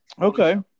Okay